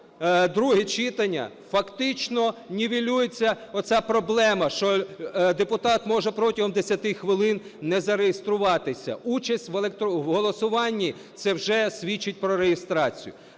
друге читання, фактично нівелюється ця проблема, що депутат може протягом 10 хвилин не зареєструватися, участь у голосуванні - це вже свідчить про реєстрацію.